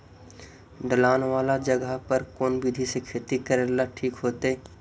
ढलान वाला जगह पर कौन विधी से खेती करेला ठिक होतइ?